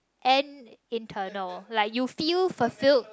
and internal like you feel fulfilled